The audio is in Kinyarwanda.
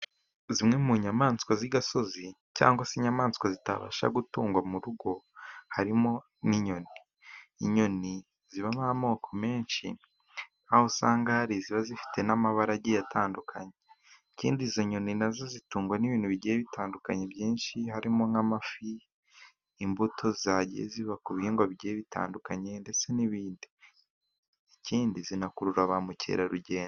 Zimwe mu nyamaswa z'agasozi, cyangwa se inyamaswa zitabasha gutungwa mu rugo, harimo n'inyoni. Inyoni zibamo amoko menshi nk'aho usanga hari iziba zifite n'amabara agiye atandukanye, ikindi izo nyoni na zo zitungwa n'ibintu bigiye bitandukanye byinshi harimo nk'amafi, imbuto zagiye ziva ku bihingwa bigiye bitandukanye, ndetse n'ibindi, ikindi zinakurura ba mukerarugendo.